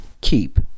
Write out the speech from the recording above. keep